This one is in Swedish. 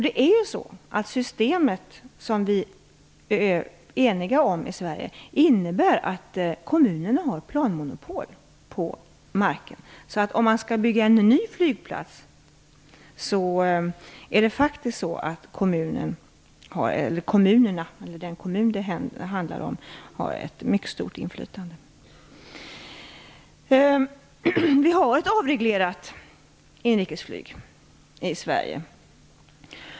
Det system som vi är eniga om i Sverige innebär att kommunerna har planmonopol på marken. Om man skall bygga en ny flygplats har den kommun det handlar om ett mycket stort inflytande. Vi har ett avreglerat inrikesflyg i Sverige.